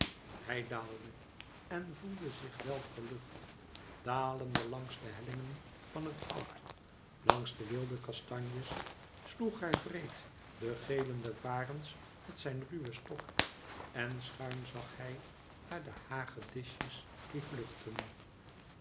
hij daalde en voelde zich wel verlucht dalende langs de hellingen van het woud langs de wilde kastanjes sloeg hij wreed de gelende varens met zijn ruwen stok en schuin zag hij naar de hagedisjes die vluchtten